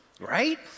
right